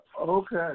Okay